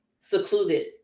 secluded